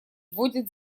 вводит